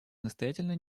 настоятельно